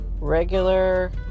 regular